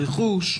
רכוש,